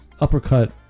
uppercut